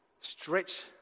stretch